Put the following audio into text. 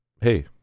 hey